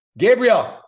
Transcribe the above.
Gabriel